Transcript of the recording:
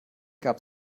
gab